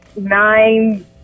nine